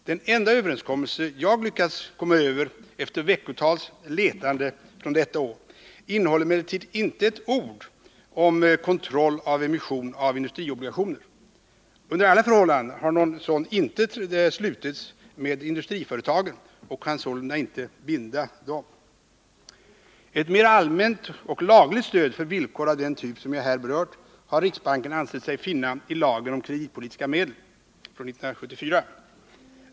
Den enda överenskommelse från detta år som jag har lyckats komma över efter veckotals letande innehåller emellertid inte ett ord om kontroll av emission av industriobligationer. Under alla förhållanden har någon sådan överenskommelse inte slutits med industriföretagen och kan sålunda inte binda dessa. Ett mer allmänt och lagligt stöd för villkor av den typ som jag här berört har riksbanken ansett sig finna i lagen om kreditpolitiska medel 1974.